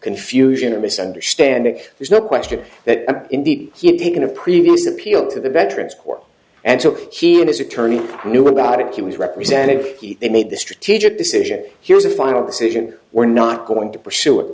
confusion or misunderstanding there's no question that indeed he had taken a previous appeal to the veterans court and took he and his attorney knew about it he was represented they made the strategic decision here's a final decision we're not going to pursue it